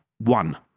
one